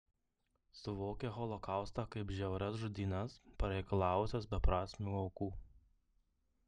suvokia holokaustą kaip žiaurias žudynes pareikalavusias beprasmių aukų